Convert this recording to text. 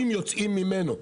אם יוצאים ממנו.